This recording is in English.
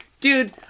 Dude